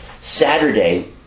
Saturday